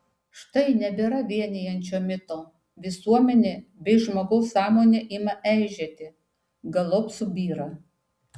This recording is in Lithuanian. štai nebėra vienijančio mito visuomenė bei žmogaus sąmonė ima eižėti galop subyra